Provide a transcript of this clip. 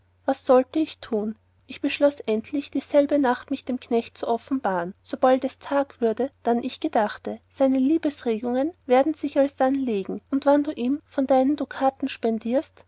was sollte ich tun ich beschloß endlich dieselbe nacht mich dem knecht zu offenbaren sobald es tag würde dann ich gedachte seine liebsregungen werden sich alsdann legen und wann du ihm von deinen dukaten